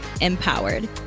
empowered